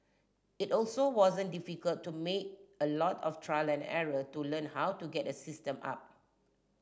it also wasn't difficult to make a lot of trial and error to learn how to get a system up